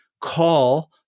call